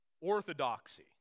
Orthodoxy